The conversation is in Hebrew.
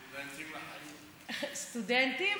סטודנטים,